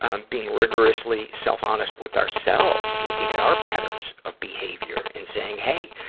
um being rigorously self-honest with ourselves, looking at our patterns of behavior and saying, hey,